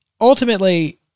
ultimately